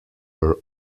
were